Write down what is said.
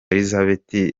elisabeth